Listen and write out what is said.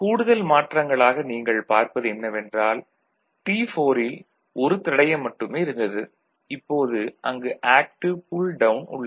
கூடுதல் மாற்றங்களாக நீங்கள் பார்ப்பது என்னவென்றால் - T4 ல் ஒரு தடையம் மட்டுமே இருந்தது இப்போது அங்கு ஆக்டிவ் புல் டவுன் உள்ளது